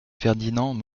ferdinand